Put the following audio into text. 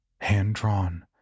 hand-drawn